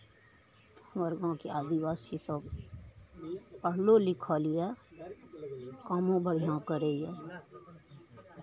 हमर गाँवके आदिवासीसभ छै पढ़लो लिखल यए कामो बढ़िआँ करैए